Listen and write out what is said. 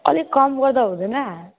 अलिक कम गर्दा हुँदैन